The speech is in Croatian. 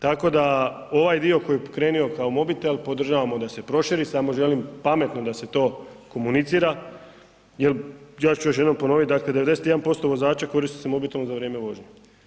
Tako da, ovaj dio koji je pokrenuo kao mobitel, podržavamo da se proširi, samo želim pametno da se to komunicira jer, ja ću još jednom ponoviti, dakle 91% vozača koristi se mobitelom za vrijeme vožnje.